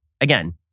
again